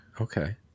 Okay